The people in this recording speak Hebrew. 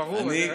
זה ברור, ברור.